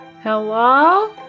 Hello